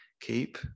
keep